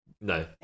No